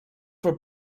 for